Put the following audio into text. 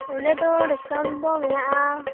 ᱚᱸᱰᱮ ᱫᱚ ᱰᱤᱥᱠᱟᱣᱩᱱᱴ ᱫᱚ ᱢᱮᱱᱟᱜᱼᱟ